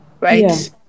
right